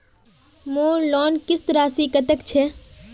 मोर लोन किस्त राशि कतेक छे?